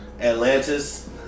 Atlantis